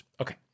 Okay